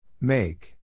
Make